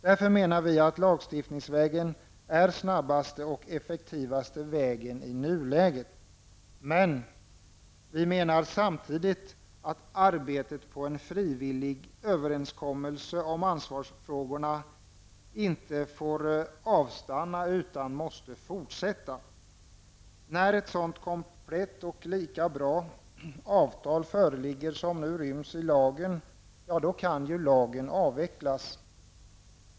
Vi menar därför att lagstiftningsvägen är den snabbaste och effektivaste vägen i nuläget, men vi menar samtidigt att arbetet på en frivillig överenskommelse om ansvarsfrågorna inte får avstanna utan måste fortsätta. När ett komplett och lika bra avtal som nu ryms i lagen föreligger, kan lagen avvecklas.